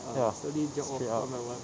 ya sikit ah